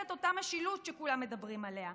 את אותה משילות שכולם מדברים עליה.